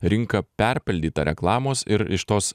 rinka perpildyta reklamos ir iš tos